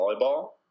volleyball